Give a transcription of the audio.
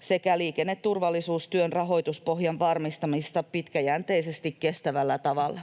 sekä liikenneturvallisuustyön rahoituspohjan varmistamista pitkäjänteisesti kestävällä tavalla.